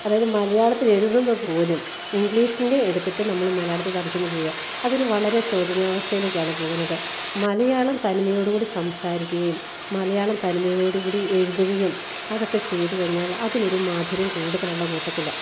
അതായത് മലയാളത്തിലെഴുതുന്നതു പോലും ഇംഗ്ലീഷിന്റെ എടുത്തിട്ട് നമ്മള് മലയാളത്തില് തർജിമ ചെയ്യുക അതൊരു വളരെ ശോചനീയാവസ്ഥയിലേക്കാണ് പോകുന്നത് മലയാളം തനിമയോടുകൂടി സംസാരിക്കുകയും മലയാളത്തനിമയോടികൂടി എഴുതുകയും അതൊക്കെ ചെയ്തുകഴിഞ്ഞാൽ അതിനൊരു മാധുര്യം കൂടുതലുള്ള കൂട്ടത്തിലാണ്